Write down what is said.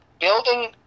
building